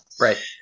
Right